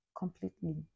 completely